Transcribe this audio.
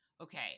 okay